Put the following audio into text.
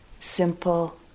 simple